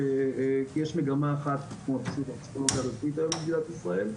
יש מגמה אחת בתחום הפסיכולוגיה הרפואית היום במדינת ישראל.